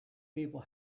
people